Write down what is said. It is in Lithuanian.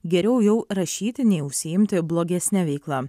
geriau jau rašyti nei užsiimti blogesne veikla